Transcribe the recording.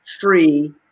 free